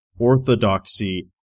orthodoxy